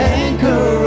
anchor